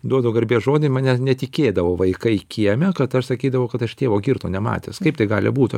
duodu garbės žodį mane netikėdavo vaikai kieme kad aš sakydavau kad aš tėvo girto nematęs kaip tai gali būt